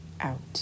out